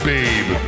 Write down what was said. Babe